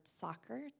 soccer